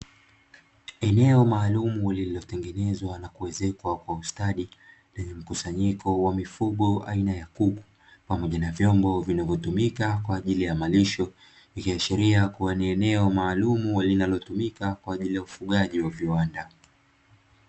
Eneo maalumu lililotengenezwa na kuezekwa kwa ustadi lenye mkusanyiko wa mifugo aina ya kuku pamoja na vyombo vinavyotumika kwa ajili ya malisho, ikiashiria kuwa ni eneo maalumu linalotumika kwa ajili ya ufugaji wa viwanda.